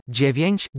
dziewięć